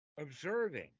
observing